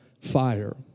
fire